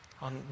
on